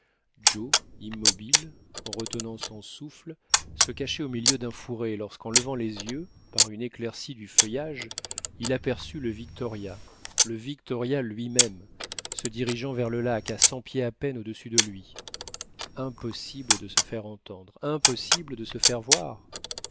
joe immobile retenant son souffle se cachait au milieu d'un fourré lorsqu'en levant les yeux par une éclaircie du feuillage il aperçut le victoria le victoria lui-même se dirigeant vers le lac à cent pieds à peine au-dessus de lui impossible de se faire entendre impossible de se faire voir